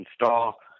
install